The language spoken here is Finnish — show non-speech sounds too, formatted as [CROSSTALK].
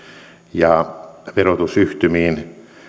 ja [UNINTELLIGIBLE] verotusyhtymiin